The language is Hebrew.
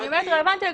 הוא רלוונטי.